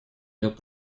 ряд